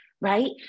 right